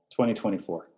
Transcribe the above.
2024